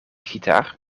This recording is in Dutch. gitaar